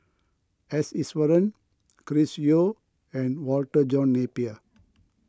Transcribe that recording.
S Iswaran Chris Yeo and Walter John Napier